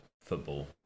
football